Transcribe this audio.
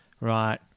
right